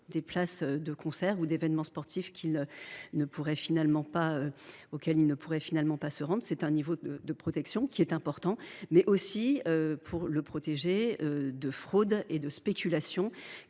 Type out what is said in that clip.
des places de concert ou d’événements sportifs auxquels il ne pourrait finalement pas se rendre. Ce niveau de protection est important. Il s’agit aussi de le protéger des fraudes et des spéculations